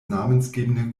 namensgebende